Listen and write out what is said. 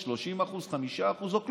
30%, 5% או כלום.